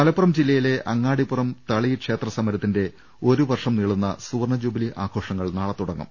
മലപ്പുറം ജില്ലയിലെ അങ്ങാടിപ്പുറം തളി ക്ഷേത്ര സമരത്തിന്റെ ഒരു വർഷം നീളുന്ന സുവർണ ജൂബിലി ആഘോഷങ്ങൾ നാളെ തുടങ്ങും